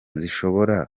zishobora